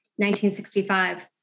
1965